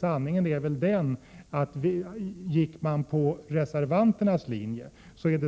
Sanningen är väl den att ett riksdagsbeslut i enlighet med reservanternas linje